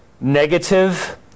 negative